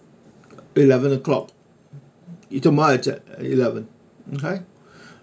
eleven o'clock eleven okay